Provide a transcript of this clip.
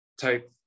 type